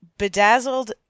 Bedazzled